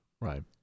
Right